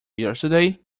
yesterday